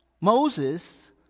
Moses